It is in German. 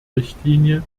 richtlinie